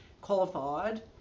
qualified